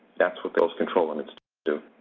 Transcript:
that's what those control limits do.